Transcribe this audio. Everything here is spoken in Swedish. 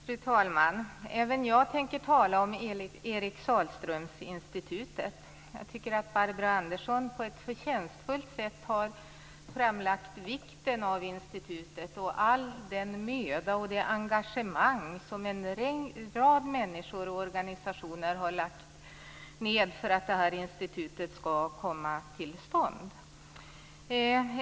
Fru talman! Även jag tänker tala om Eric Sahlström-Institutet. Jag tycker att Barbro Andersson på ett förtjänstfullt sätt har framställt vikten av institutet och all den möda och det engagemang som en rad människor och organisationer har lagt ned för att det här institutet skall komma till stånd.